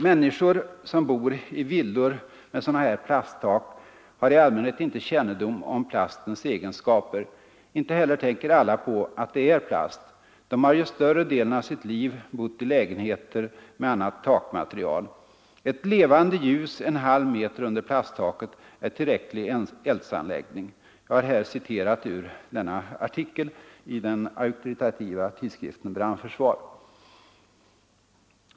”Människor som bor i villor med sådana här plasttak har i allmänhet inte kännedom om plastens egenskaper. Inte heller tänker alla på att det är plast. De har ju större delen av sitt liv bott i lägenheter med annat takmaterial ——— Ett levande ljus en halv meter under plasttaket är tillräcklig tändanledning.” Detta var citat ur en artikel i den auktoritativa tidskriften Brandförsvar.